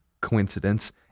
coincidence